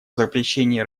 запрещении